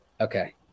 Okay